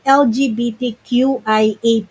lgbtqia